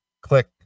click